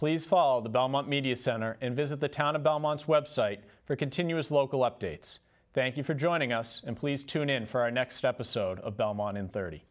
please follow the belmont media center and visit the town about months website for continuous local updates thank you for joining us and please tune in for our next episode of belmont in thirty